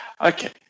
Okay